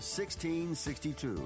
1662